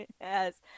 yes